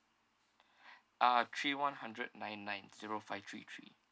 uh three one hundred nine nine zero five three three